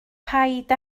paid